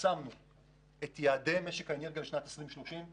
פרסמנו את יעדי משק האנרגיה לשנת 2030,